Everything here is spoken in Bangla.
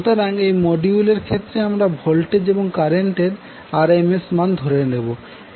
সুতরাং এই মডিউল এর ক্ষেত্রে আমরা ভোল্টেজ এবং কারেন্ট এর RMS মান ধরে নেবো